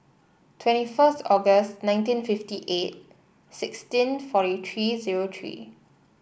twenty first August nineteen fifty eight sixteen forty three zero three